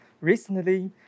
Recently